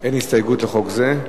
אין הסתייגות לחוק זה.